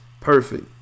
Perfect